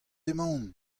emaon